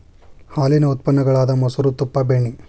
ಹಾಲೇನ ಉತ್ಪನ್ನ ಗಳಾದ ಮೊಸರು, ತುಪ್ಪಾ, ಬೆಣ್ಣಿ